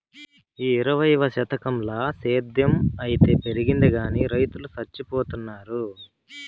ఈ ఇరవైవ శతకంల సేద్ధం అయితే పెరిగింది గానీ రైతులు చచ్చిపోతున్నారు